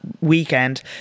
weekend